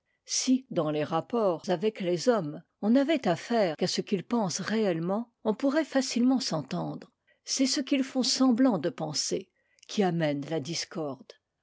si dans les rapports avec les hommes on n'avait affaire qu'à ce qu'ils pensent réeiiement on pourrait facilement s'entendre c'est ce qu'ils font semblant de penser qui amène la discorde